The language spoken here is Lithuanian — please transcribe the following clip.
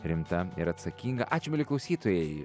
rimta ir atsakinga ačiū mieli klausytojai